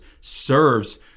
serves